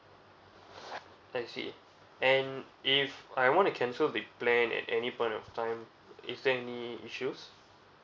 I see and if I want to cancel with plan at any point of time is there any issues